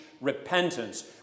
repentance